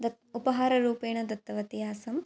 तत् उपहाररूपेण दत्तवती आसम्